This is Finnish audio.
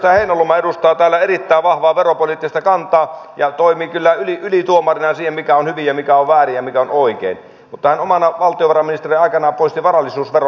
edustaja heinäluoma edustaa täällä erittäin vahvaa veropoliittista kantaa ja toimii kyllä ylituomarina siinä mikä on hyvin ja mikä on väärin ja mikä on oikein mutta hän omana valtiovarainministeriaikanaan poisti varallisuusveron